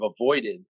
avoided